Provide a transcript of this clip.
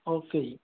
okay ਜੀ